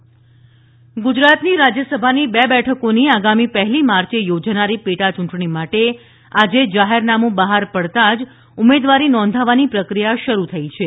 રાજયસભા યૂંટણી ગુજરાતની રાજયસભાની બે બેઠકોની આગામી પહેલી માર્ચે યોજાનારી પેટા યૂંટણી માટે આજે જાહેરનામુ બહાર પડતાં જ ઉમેદવારી નોંધાવવાની પ્રક્રિયા શરૂ થઈ છે